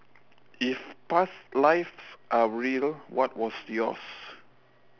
if past lives are real what was yours